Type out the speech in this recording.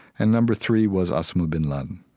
and number three was osama bin laden